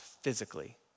physically